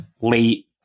late